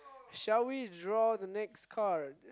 shall we draw the next card